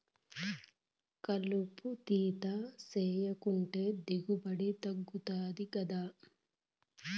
కలుపు తీత సేయకంటే దిగుబడి తగ్గుతది గదా